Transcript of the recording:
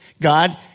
God